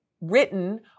written